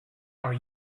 are